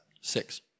Six